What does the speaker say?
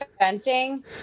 fencing